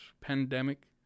pandemic